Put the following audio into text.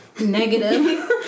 Negative